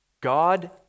God